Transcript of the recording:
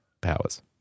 powers